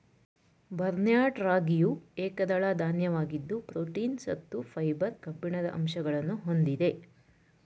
barnyard ರಾಗಿಯು ಏಕದಳ ಧಾನ್ಯವಾಗಿದ್ದು ಪ್ರೋಟೀನ್, ಸತ್ತು, ಫೈಬರ್, ಕಬ್ಬಿಣದ ಅಂಶಗಳನ್ನು ಹೊಂದಿದೆ